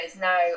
now